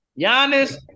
Giannis